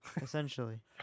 essentially